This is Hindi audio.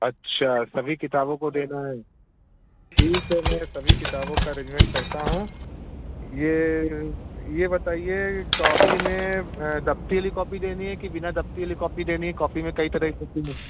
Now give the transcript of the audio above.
अच्छा सभी किताबों को देना है ठीक है मैं सभी किताबों का अरेजेमेंट करता हूँ ये ये बताइए कॉपी में दफ्ती वाली कॉपी देनी है कि बिना दफ्ती वाली कॉपी देनी है कॉपी में कई तरह की कॉपी हैं